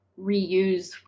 reuse